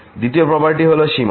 দ্বিতীয় প্রপারটি হল সীমা